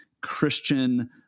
Christian